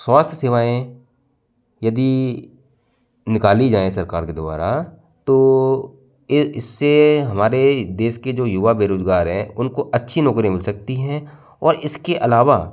स्वास्थ्य सेवाएं यदि निकाली जाएं सरकार के द्वारा तो इससे हमारे देश के जो युवा बेरोजगार हैं उनको अच्छी नौकरी मिल सकती हैं और इसके अलावा